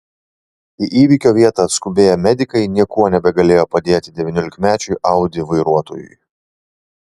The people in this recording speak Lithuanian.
į įvykio vietą atskubėję medikai niekuo nebegalėjo padėti devyniolikmečiui audi vairuotojui